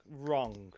wrong